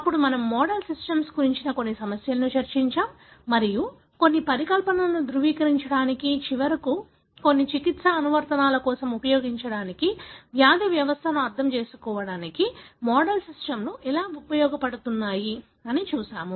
అప్పుడు మనము model systems గురించి కొన్ని సమస్యలను చర్చించాము మరియు కొన్ని పరికల్పనలను ధృవీకరించడానికి మరియు చివరకు కొన్ని చికిత్సా అనువర్తనాల కోసం ఉపయోగించడానికి వ్యాధి వ్యవస్థను అర్థం చేసుకోవడానికి మోడల్ సిస్టమ్లు ఎలా ఉపయోగించబడుతున్నాయి అని చూశాము